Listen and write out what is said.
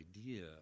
idea